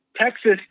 Texas